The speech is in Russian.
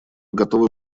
готовы